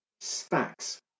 stacks